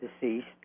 Deceased